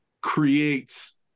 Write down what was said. creates